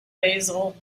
basil